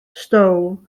stow